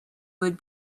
would